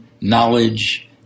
knowledge